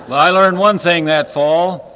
but i learned one thing that fall,